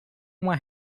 uma